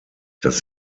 das